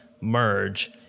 merge